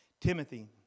Timothy